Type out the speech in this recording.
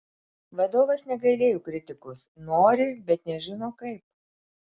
vadovas negailėjo kritikos nori bet nežino kaip